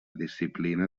disciplina